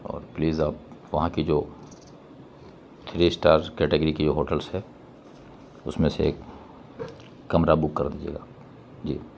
اور پلیز آپ وہاں کی جو تھری اسٹار کیٹیگری کی جو ہوٹلس ہے اس میں سے ایک کمرہ بک کر دیجیے گا جی